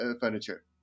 furniture